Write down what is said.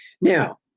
Now